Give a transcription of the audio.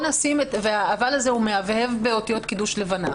וה-אבל הזה מהבהב באותיות קידוש לבנה.